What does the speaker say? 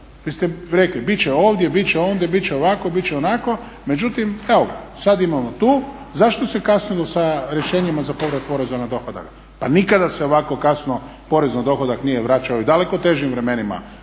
Vi ste rekli bit će ovdje, bit će ondje, bit će ovako, bit će onako. Međutim, evo ga. Sad imamo tu. Zašto se kasnilo sa rješenjima za povrat poreza na dohodak? Pa nikada se ovako kasno porez na dohodak nije vraćao i u daleko težim vremenima